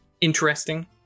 interesting